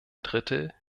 drittel